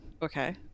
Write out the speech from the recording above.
Okay